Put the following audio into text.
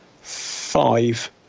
five